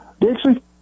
Dixie